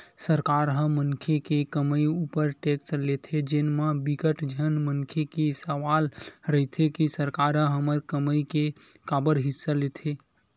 सरकार ह मनखे के कमई उपर टेक्स लेथे जेन म बिकट झन मनखे के सवाल रहिथे के सरकार ह हमर कमई के काबर हिस्सा लेथे